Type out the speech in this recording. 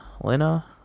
Lena